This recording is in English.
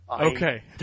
Okay